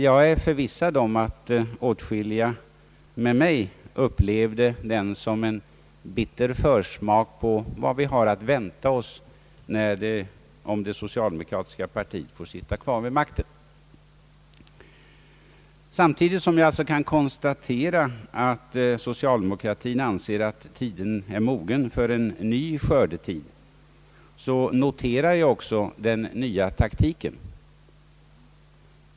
Jag är förvissad om att åtskilliga med mig upplevde partikongressen som en bitter försmak på vad vi har att vänta oss om det socialdemokratiska partiet får sitta kvar vid makten. Samtidigt som jag alltså kan konstatera att socialdemokratin anser att det är dags för en ny skördetid, noterar jag också den nya taktiken.